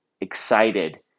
excited